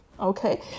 Okay